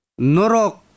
Norok